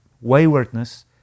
waywardness